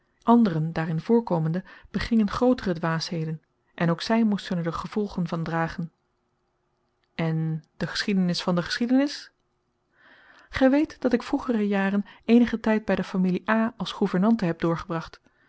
anderen daarin voorkomende begingen grootere dwaasheden en ook zij moesten er de gevolgen van dragen en de geschiedenis van de geschiedenis gij weet dat ik vroegere jaren eenigen tijd bij de familie a als gouvernante heb doorgebracht